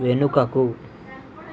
వెనుకకు